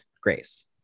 Grace